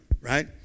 right